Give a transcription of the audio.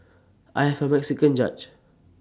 I have A Mexican judge